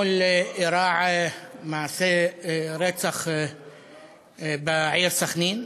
אירע מעשה רצח בעיר סח'נין,